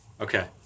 Okay